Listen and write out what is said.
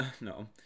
No